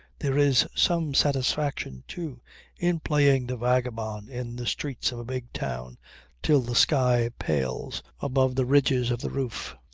there is some satisfaction too in playing the vagabond in the streets of a big town till the sky pales above the ridges of the roofs.